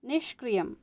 निष्क्रियम्